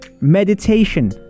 meditation